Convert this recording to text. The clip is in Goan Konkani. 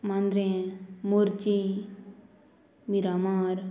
मांद्रें मोरजी मिरामार